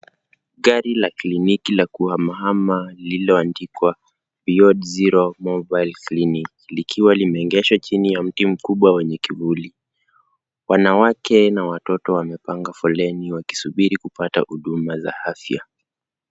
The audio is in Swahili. Gari la kliniki la kuhamahama lililoandikwa beyond zero mobile clinic likiwa limeegeshwa chini ya miti mkubwa wenye kivuli. Wanawake na watoto wamepanga foleni wakisubiri kupata huduma za afya.